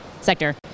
sector